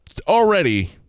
already